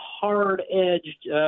hard-edged